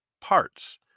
parts